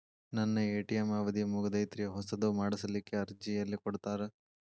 ನನ್ನ ಎ.ಟಿ.ಎಂ ಅವಧಿ ಮುಗದೈತ್ರಿ ಹೊಸದು ಮಾಡಸಲಿಕ್ಕೆ ಅರ್ಜಿ ಎಲ್ಲ ಕೊಡತಾರ?